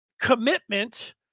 commitment